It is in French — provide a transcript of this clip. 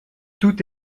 tout